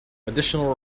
additional